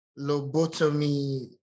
lobotomy